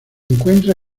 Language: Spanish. encuentra